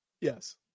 Yes